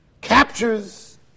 captures